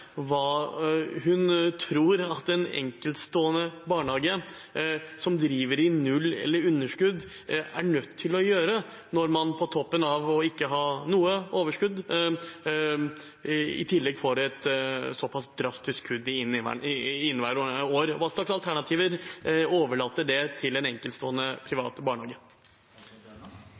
Hva tror hun en enkeltstående barnehage som driver i null eller med underskudd, er nødt til å gjøre når man på toppen av ikke å ha noe overskudd, i tillegg får et såpass drastisk kutt i inneværende år? Hva slags alternativer overlater det til en enkeltstående privat barnehage?